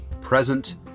present